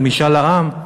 של משאל העם,